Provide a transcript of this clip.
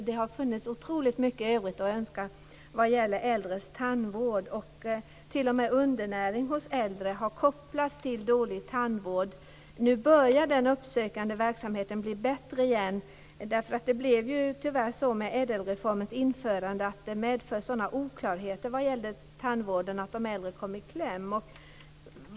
Det har funnits otroligt mycket övrigt att önska vad gäller äldres tandvård. T.o.m. undernäring hos äldre har kopplats till dålig tandvård. Nu börjar den uppsökande verksamheten bli bättre igen. Tyvärr medförde ädelreformens införande sådana oklarheter vad gäller tandvården att de äldre kom i kläm.